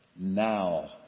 now